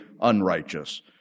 unrighteous